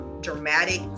dramatic